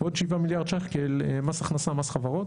ועוד 7 מיליארד שקלים מס הכנסה, מס חברות.